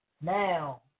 Now